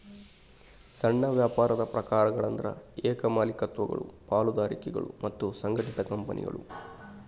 ಸಣ್ಣ ವ್ಯಾಪಾರದ ಪ್ರಕಾರಗಳಂದ್ರ ಏಕ ಮಾಲೇಕತ್ವಗಳು ಪಾಲುದಾರಿಕೆಗಳು ಮತ್ತ ಸಂಘಟಿತ ಕಂಪನಿಗಳು